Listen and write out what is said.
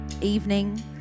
evening